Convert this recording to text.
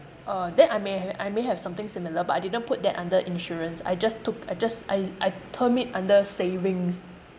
uh then I may I may have something similar but I didn't put that under insurance I just took I just I I term it under savings